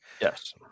Yes